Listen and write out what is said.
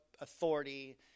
authority